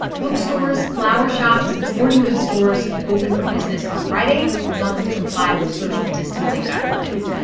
bookstores, flower shops and sporting goods stores can open for business on friday as long as they comply with social distancing guidelines.